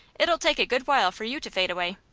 it'll take a good while for you to fade away.